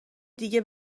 دیگه